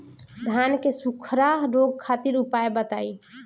धान के सुखड़ा रोग खातिर उपाय बताई?